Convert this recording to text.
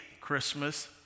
Christmas